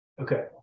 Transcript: Okay